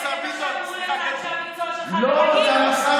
אין בעיה,